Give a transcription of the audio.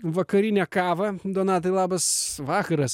vakarinę kavą donatai labas vakaras